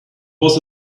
was